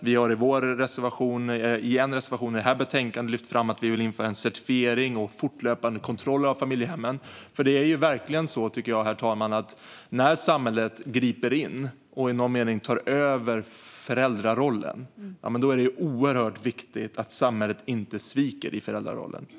Vi har i en reservation i det här betänkandet lyft fram att vi vill införa en certifiering och fortlöpande kontroller av familjehemmen. Herr talman! När samhället griper in och i någon mening tar över föräldrarollen är det oerhört viktigt att samhället inte sviker i föräldrarollen.